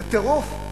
זה טירוף.